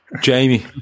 Jamie